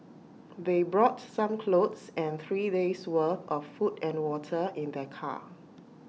they brought some clothes and three days worth of food and water in their car